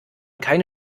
keine